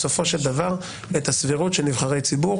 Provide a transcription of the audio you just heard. בסופו של דבר את הסבירות של נבחרי ציבור